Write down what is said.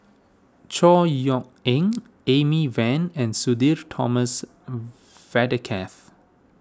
Chor Yeok Eng Amy Van and Sudhir Thomas Vadaketh